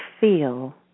feel